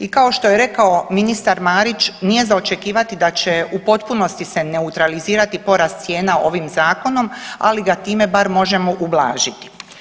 I kao što je rekao ministar Marić nije za očekivati da će u potpunosti se neutralizirati porast cijena ovim zakonom ali ga time bar možemo ublažiti.